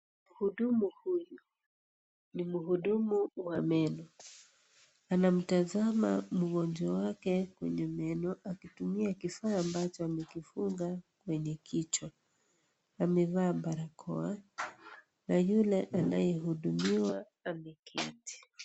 Mhudumu huyu ni mhudumu wa meno. Anamtazama mgonjwa wake kwenye meno akitumia kifaa ambacho amekifunga kwenye kichwa, amevaa barakoa na yule anaye hudumiwa ameketi.